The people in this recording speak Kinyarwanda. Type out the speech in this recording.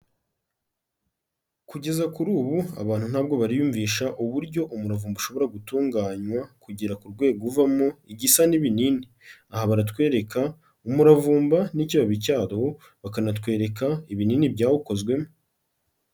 Kugeza kuri ubu abantu ntabwo biyumvisha uburyo umuravumba ushobora gutunganywa kugera ku rwego uvamo igisa n'ibinini, aha baratwereka umuravumba n'ikibabi cyawo bakanatwereka ibinini byawukozwe.